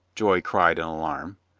joy cried in alarm.